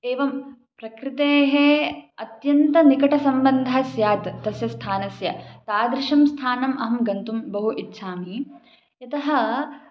एवं प्रकृतेः अत्यन्तः निकटसम्बन्धः स्यात् तस्य स्थानस्य तादृशं स्थानमहं गन्तुं बहु इच्छामि यतः